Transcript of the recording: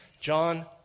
John